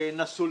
ונסעו